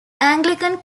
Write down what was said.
anglican